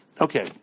Okay